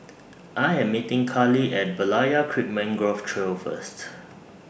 I Am meeting Karli At Berlayer Creek Mangrove Trail First